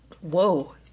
whoa